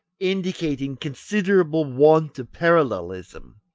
indicating considerable want of parallelism.